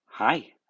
Hi